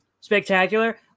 Spectacular –